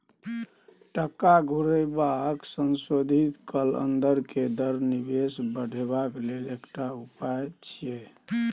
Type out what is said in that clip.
टका घुरेबाक संशोधित कैल अंदर के दर निवेश बढ़ेबाक लेल एकटा उपाय छिएय